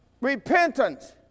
repentance